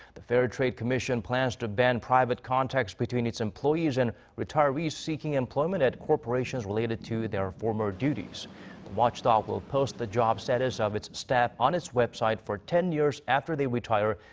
the fair trade commission plans to ban private contacts between its employees and retirees seeking employment at corporations related to their former duties. the watchdog will post the job status of its staff on its website for ten years after they retire.